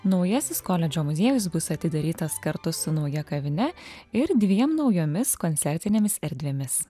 naujasis koledžo muziejus bus atidarytas kartu su nauja kavine ir dviem naujomis koncertinėmis erdvėmis